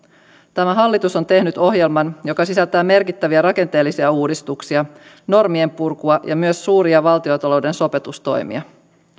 tämä hallitus on tehnyt ohjelman joka sisältää merkittäviä rakenteellisia uudistuksia normien purkua ja myös suuria valtiontalouden sopeutustoimia